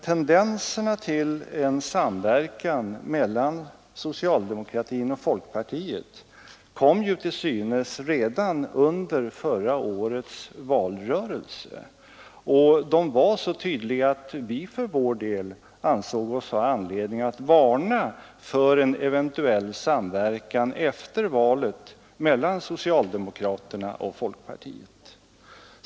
Tendenserna till en samverkan mellan socialdemokratin och folkpartiet kom till synes redan under förra årets valrörelse och de var så tydliga att vi för vår del ansåg oss ha anledning att varna för en eventuell samverkan efter valet mellan socialdemokraterna och folkpartiet.